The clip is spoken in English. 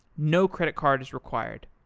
no credit cards required.